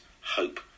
hope